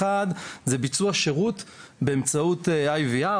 הראשון זה ביצוע שירות באמצעות IVR,